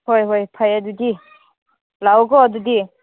ꯍꯣꯏ ꯍꯣꯏ ꯐꯩꯌꯦ ꯑꯗꯨꯗꯤ ꯂꯥꯛꯑꯣ ꯀꯣ ꯑꯗꯨꯗꯤ